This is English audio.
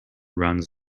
runs